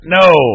No